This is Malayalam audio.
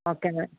ഓക്കെ എന്നാൽ